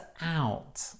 out